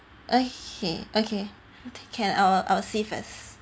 okay okay can I will I will see first